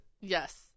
Yes